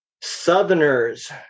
Southerners